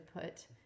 put